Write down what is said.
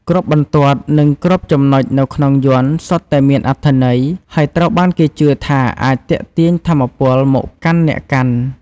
គ្រប់បន្ទាត់ និងគ្រប់ចំណុចនៅក្នុងយ័ន្តសុទ្ធតែមានអត្ថន័យ ហើយត្រូវបានគេជឿថាអាចទាក់ទាញថាមពលមកកាន់អ្នកកាន់។